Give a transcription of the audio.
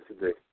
today